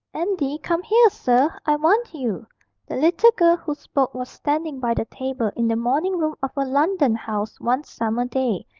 andy, come here, sir i want you the little girl who spoke was standing by the table in the morning-room of a london house one summer day,